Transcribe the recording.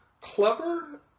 clever